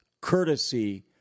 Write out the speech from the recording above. courtesy